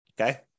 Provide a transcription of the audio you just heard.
okay